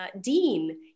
Dean